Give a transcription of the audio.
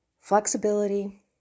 flexibility